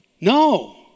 No